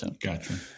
Gotcha